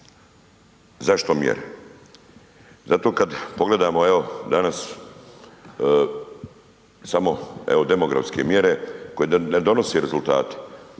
Zašto mjere? Zato kad pogledamo evo danas samo evo demografske mjere koje ne donose rezultate.